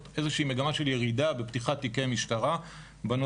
איזו שהיא מגמה של ירידה בפתיחת תיקי משטרה בנושא,